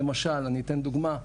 למשל אני אתן דוגמה,